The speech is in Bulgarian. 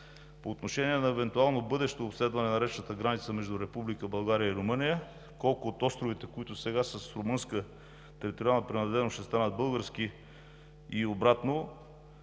По отношение на евентуално бъдещо обследване на речната граница между Република България и Румъния – колко от островите, които сега са с румънска териториална принадлежност, ще станат български и обратно,